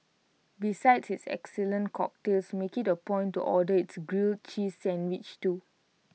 besides its excellent cocktails make IT A point to order its grilled cheese sandwich too